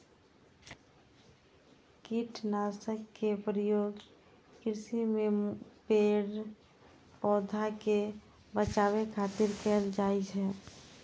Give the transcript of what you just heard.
कीटनाशक के प्रयोग कृषि मे पेड़, पौधा कें बचाबै खातिर कैल जाइ छै